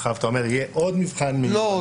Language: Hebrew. עכשיו אתה אומר שיהיה עוד מבחן מהימנות --- לא,